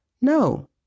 No